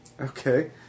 Okay